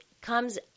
comes